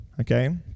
okay